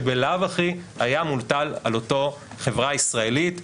שבלאו הכי היה מוטל על אותו חברה ישראלית שרוצה,